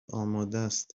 آمادست